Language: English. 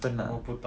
不懂